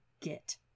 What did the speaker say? git